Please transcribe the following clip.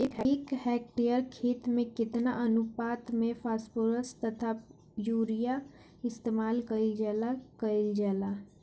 एक हेक्टयर खेत में केतना अनुपात में फासफोरस तथा यूरीया इस्तेमाल कईल जाला कईल जाला?